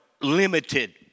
limited